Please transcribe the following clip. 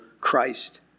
Christ